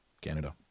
Canada